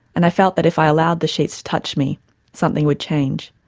and i felt that if i allowed the sheets to touch me something would change,